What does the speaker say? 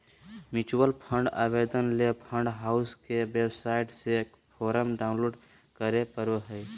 mutual fund आवेदन ले fund house के वेबसाइट से फोरम डाऊनलोड करें परो हय